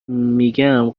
میگویم